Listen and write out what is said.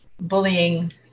bullying